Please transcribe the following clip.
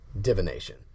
divination